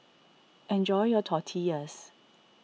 enjoy your Tortillas